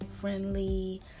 friendly